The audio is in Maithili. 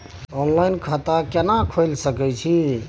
ऑनलाइन खाता केना खोले सकै छी?